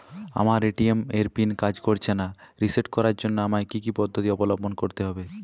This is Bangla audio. আমার এ.টি.এম এর পিন কাজ করছে না রিসেট করার জন্য আমায় কী কী পদ্ধতি অবলম্বন করতে হবে?